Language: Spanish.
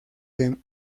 que